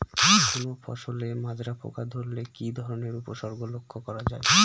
কোনো ফসলে মাজরা পোকা ধরলে কি ধরণের উপসর্গ লক্ষ্য করা যায়?